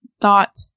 Thought